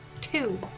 Two